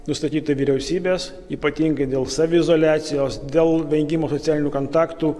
nustatyta vyriausybės ypatingai dėl saviizoliacijos dėl vengimo socialinių kontaktų